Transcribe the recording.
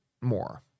more